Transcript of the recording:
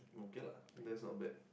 okay lah that's not bad